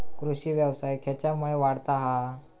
कृषीव्यवसाय खेच्यामुळे वाढता हा?